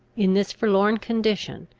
in this forlorn condition,